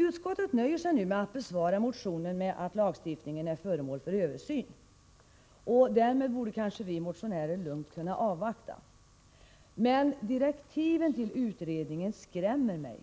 Utskottet nöjer sig nu med att besvara motionen med att lagstiftningen nu är föremål för översyn. Därmed borde kanske vi motionärer lugnt kunna avvakta. Men direktiven till utredningen skrämmer mig.